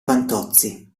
fantozzi